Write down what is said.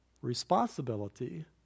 responsibility